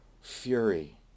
fury